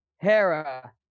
Hera